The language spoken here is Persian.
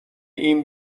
این